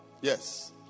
Yes